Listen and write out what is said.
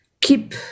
keep